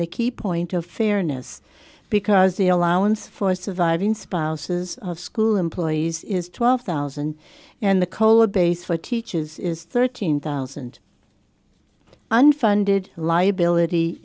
the key point of fairness because the allowance for surviving spouses of school employees is twelve thousand and the cola base for teachers is thirteen thousand unfunded liability